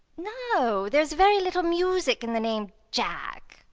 no, there is very little music in the name jack,